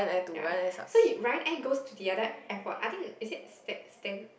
ya so you Ryanair goes to the other airport I think it's is it Stan Stan